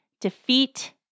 defeat